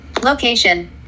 Location